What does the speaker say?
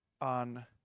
on